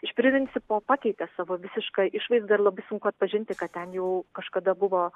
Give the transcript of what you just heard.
iš principo pakeitė savo visišką išvaizdą ir labai sunku atpažinti kad ten jau kažkada buvo